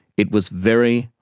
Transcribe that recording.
it was very,